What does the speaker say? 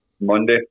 Monday